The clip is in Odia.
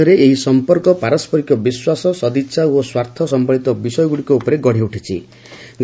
ଦୁଇଦେଶ ମଧ୍ୟରେ ଏହି ସମ୍ପର୍କ ପାରସ୍କରିକ ବିଶ୍ୱାସ ସଦିଚ୍ଛା ଓ ସ୍ୱାର୍ଥ ସମ୍ଭଳିତ ବିଷୟଗୁଡ଼ିକ ଉପରେ ଗଡ଼ିଉଠିଛି